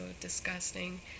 disgusting